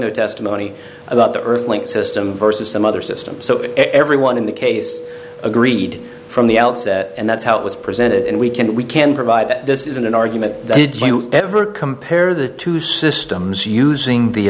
no testimony about the earth link system versus some other system so everyone in the case agreed from the outset and that's how it was presented and we can we can provide that this isn't an argument did you ever compare the two systems using the